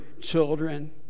children